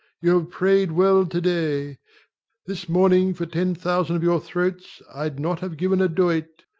you have pray'd well to-day this morning for ten thousand of your throats ied not have given a doit.